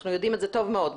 אנחנו יודעים את זה טוב מאוד.